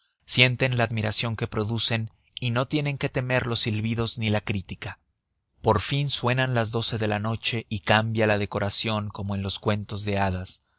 sienten la admiración que producen y no tienen que temer los silbidos ni la crítica por fin suenan las doce de la noche y cambia la decoración como en los cuentos de hadas